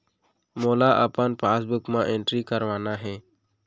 मोला अपन पासबुक म एंट्री करवाना हे?